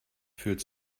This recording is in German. fühlt